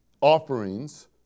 offerings